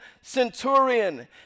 centurion